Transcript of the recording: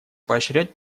поощрять